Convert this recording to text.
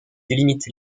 délimite